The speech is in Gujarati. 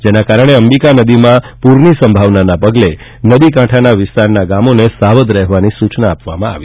તેના કારણે અંબિકા નદીમાં પૂરની સંભાવના પગલે નદીના કાંઠા વિસ્તારના ગામોને સાવધ રહેવા સૂચના અપાઇ છે